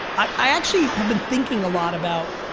i actually have been thinking a lot about,